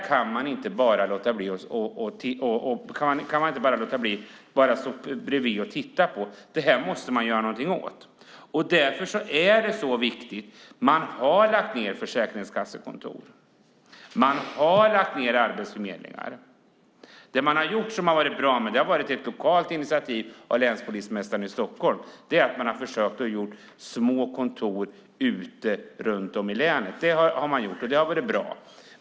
Man kan inte bara stå bredvid och titta på, utan man måste göra någonting åt detta. Det är därför det är så viktigt. Man har lagt ned försäkringskassekontor, och man har lagt ned arbetsförmedlingar. Det man har gjort som har varit bra, vilket dock var ett lokalt initiativ av länspolismästaren i Stockholm, är att man har försökt göra små kontor runt om ute i länet. Det har man gjort, och det har varit bra.